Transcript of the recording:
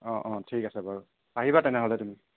অঁ অঁ ঠিক আছে বাৰু আহিবা তেনেহ'লে তুমি